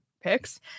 picks